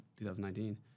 2019